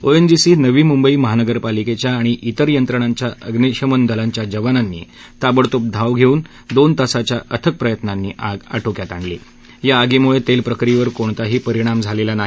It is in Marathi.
ओएनजीसी नवी मुंबई महानगरपालिकेच्या आणि तिर यंत्रणांच्या अग्निशमन दलांच्या जवानांनी ताबडतोब धाव घेऊन दोन तासाच्या अथक प्रयत्नांनी आग आटोक्यात आणली या आगीमुळे तेल प्रक्रियेवर कोणताही परिणाम झालेला नाही